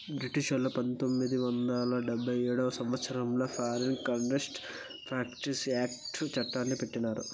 బ్రిటిషోల్లు పంతొమ్మిది వందల డెబ్భై ఏడవ సంవచ్చరంలో ఫారిన్ కరేప్ట్ ప్రాక్టీస్ యాక్ట్ చట్టాన్ని పెట్టారు